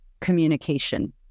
communication